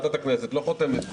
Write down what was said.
בוועדת הכנסת אנחנו לא חותמת גומי,